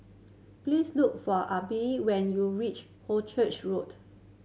please look for Abe when you reach Hornchurch Road